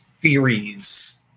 theories